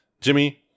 Jimmy